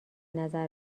نظر